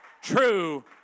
true